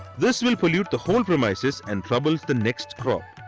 this will pollute the whole premises and troubles the next crop.